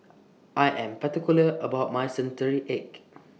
I Am particular about My Century Egg